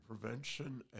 prevention